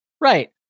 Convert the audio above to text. Right